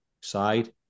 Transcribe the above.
side